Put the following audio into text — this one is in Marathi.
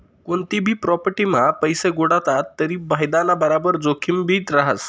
कोनतीभी प्राॅपटीमा पैसा गुताडात तरी फायदाना बराबर जोखिमभी रहास